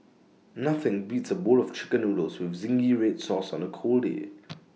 nothing beats A bowl of Chicken Noodles with Zingy Red Sauce on A cold day